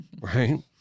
right